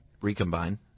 Recombine